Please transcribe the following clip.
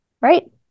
right